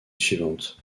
suivante